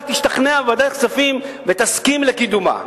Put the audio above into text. הממשלה תשתכנע בוועדת הכספים ותסכים לקידומה.